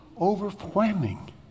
Overwhelming